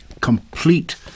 complete